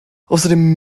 außerdem